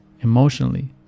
emotionally